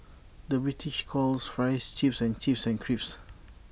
the British calls Fries Chips and chips and crisps